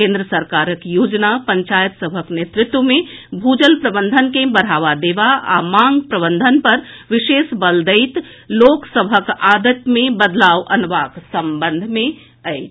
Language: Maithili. केन्द्र सरकारक योजना पंचायत सभक नेतृत्व मे भूजल प्रबंधन के बढ़ावा देबा आ मांग प्रबंधन पर विशेष बल दैत लोक सभक आदत मे बदलाव अनबाक संबंध मे अछि